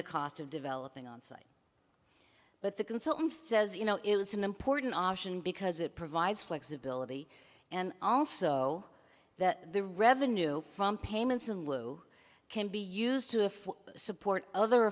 the cost of developing on site but the consultant says you know it was an important option because it provides flexibility and also that the revenue from payments and woo can be used to if support other